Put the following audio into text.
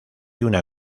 una